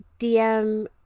DM